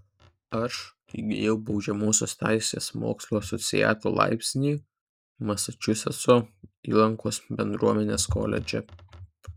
aš įgijau baudžiamosios teisės mokslų asociato laipsnį masačusetso įlankos bendruomenės koledže